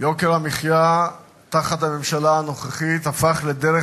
יוקר המחיה תחת הממשלה הנוכחית הפך לדרך